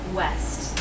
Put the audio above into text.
west